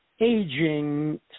aging